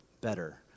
Better